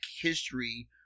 history